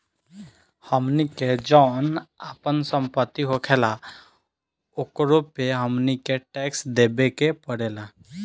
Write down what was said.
हमनी के जौन आपन सम्पति होखेला ओकरो पे हमनी के टैक्स देबे के पड़ेला